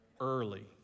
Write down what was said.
early